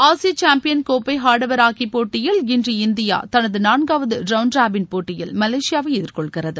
ஆசிய சாம்பியன் கோப்பை ஆடவர் ஹாக்கி போட்டியில் இன்று இந்தியா தனது நான்காவது ரவுண்ட் ராபின் போட்டியில் மலேசியாவை எதிர்கொள்கிறது